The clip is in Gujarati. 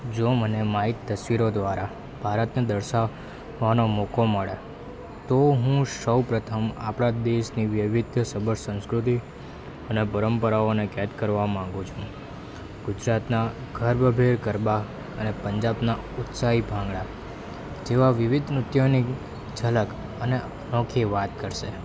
જો મને મારી જ તસવીરો દ્વારા ભારતને દર્શા વવાનો મોકો મળે તો હું સૌ પ્રથમ આપણા દેશની વૈવિધ્ય સભર સંસ્કૃતિ અને પરંપરાઓને કેદ કરવા માંગુ છું ગુજરાતનાં ગર્વ ભેર ગરબા અને પંજાબના ઉત્સાહી ભાંગડા જેવા વિવિધ નૃત્યોની ઝલક અને અનોખી વાત કરશે